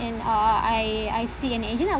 and uh I I see an agent I